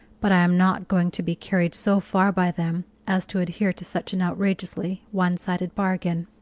but i am not going to be carried so far by them as to adhere to such an outrageously one-sided bargain.